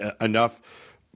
enough